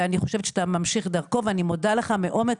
ואני חושבת שאתה ממשיך דרכו ואני מודה לך מעומק